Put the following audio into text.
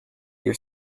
your